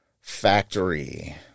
factory